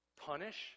punish